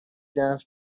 dance